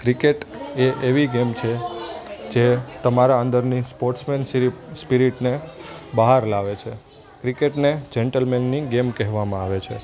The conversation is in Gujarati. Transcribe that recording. ક્રિકેટ એ એવી ગેમ છે જે તમારા અંદરની સ્પોટ્સમેનશિરીપ સ્પિરીટને બહાર લાવે છે ક્રિકેટને જેન્ટલમેનની ગેમ કહેવામાં આવે છે